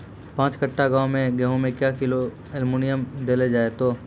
पाँच कट्ठा गांव मे गेहूँ मे क्या किलो एल्मुनियम देले जाय तो?